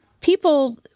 People